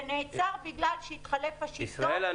ונעצר בגלל שהתחלף השלטון --- ישראלה,